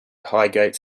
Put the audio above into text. highgate